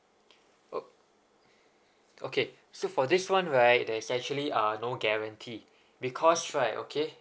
oh okay so for this one right there is actually uh no guarantee because right okay